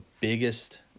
biggest